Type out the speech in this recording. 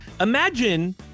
Imagine